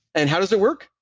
and how does it work?